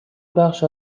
بخش